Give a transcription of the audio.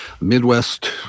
Midwest